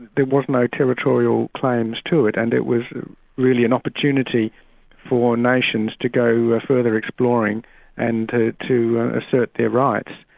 there were no territorial claims to it, and it was really an opportunity for nations to go further exploring and to to assert their rights.